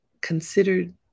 considered